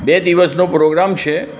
બે દિવસનો પ્રોગ્રામ છે